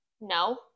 No